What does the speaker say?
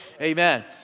amen